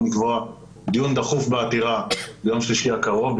לקבוע דיון דחוף בעתירה ביום שלישי הקרוב,